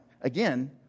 again